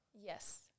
Yes